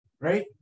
right